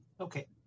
Okay